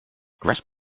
grasp